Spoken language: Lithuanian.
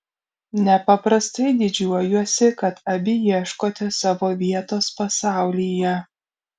nepaprastai didžiuojuosi kad abi ieškote savo vietos pasaulyje